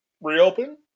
reopen